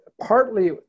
partly